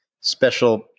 special